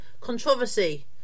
Controversy